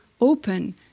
open